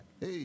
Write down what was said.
Hey